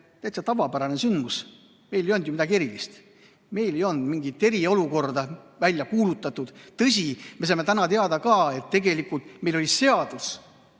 täitsa tavapärane sündmus. Meil ei olnud ju midagi erilist, meil ei olnud mingit eriolukorda välja kuulutatud. Tõsi, me saime täna teada ka, et tegelikult meil oli seadus,